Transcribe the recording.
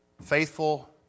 faithful